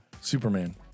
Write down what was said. Superman